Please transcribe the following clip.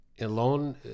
alone